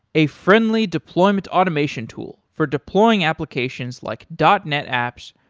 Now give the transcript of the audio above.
a friendly deployment automation tool for deploying applications like dot net apps,